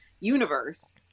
universe